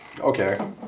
okay